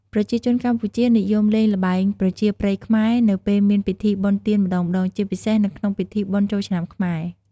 ប្រជាជនកម្ពុជានិយមលេង ល្បែងប្រជាប្រិយខ្មែរ នៅពេលមានពិធីបុណ្យទានម្តងៗ ជាពិសេសនៅក្នុងពិធីបុណ្យចូលឆ្នាំខ្មែរ។